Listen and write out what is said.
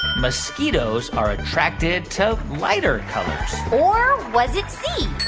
mosquitoes are attracted to lighter colors? or was it c.